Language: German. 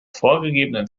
vorgegebenen